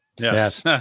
Yes